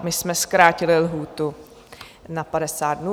My jsme zkrátili lhůtu na 50 dnů.